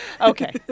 Okay